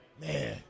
Man